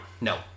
no